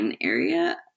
area